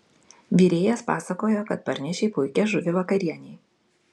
virėjas pasakojo kad parnešei puikią žuvį vakarienei